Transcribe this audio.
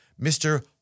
Mr